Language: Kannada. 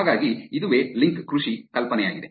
ಹಾಗಾಗಿ ಇದುವೇ ಲಿಂಕ್ ಕೃಷಿ ಕಲ್ಪನೆಯಾಗಿದೆ